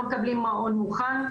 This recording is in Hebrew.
לא מקבלים מעון מוכן,